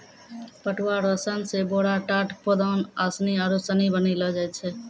पटुआ रो सन से बोरा, टाट, पौदान, आसनी आरु सनी बनैलो जाय छै